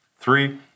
Three